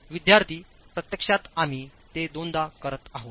विद्यार्थीः प्रत्यक्षात आम्ही ते दोनदा करत आहोत